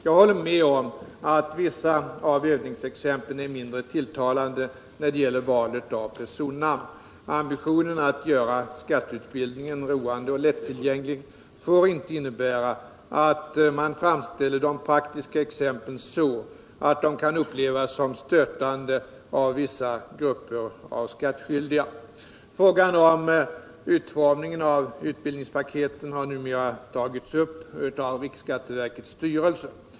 Jag håller med om att vissa av övningsexemplen är mindre tilltalande när det gäller valet av personnamn. Ambitionen att göra skatteutbildningen roande och lätullgänglig får inte innebära att man framställer de praktiska excmplen så att de kan upplevas som stötande av vissa grupper av skattskyldiga. Frågan om utformningen av utbildningspaketen har numera tagits upp av riksskatteverkets styrelse.